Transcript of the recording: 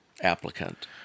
applicant